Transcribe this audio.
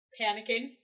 Panicking